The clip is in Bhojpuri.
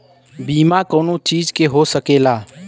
बीमा कउनो चीज के हो सकेला